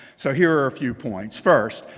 so here are a few points. first,